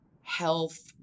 health